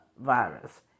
virus